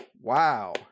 Wow